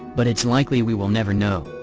but it's likely we will never know.